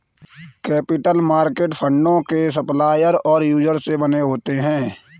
capital market फंडों के supplier और यूजर से बने होते हैं